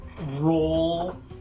roll